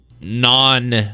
non-